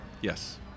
Yes